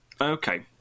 Okay